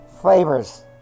flavors